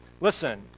listen